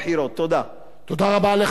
תודה רבה לחבר הכנסת איתן כבל.